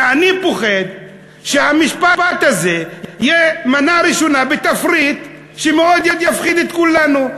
אני פוחד שהמשפט הזה יהיה מנה ראשונה בתפריט שמאוד יפחיד את כולנו,